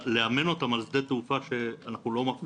לאמן אותם על שדה תעופה שאנחנו לא מפעילים,